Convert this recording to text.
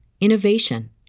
innovation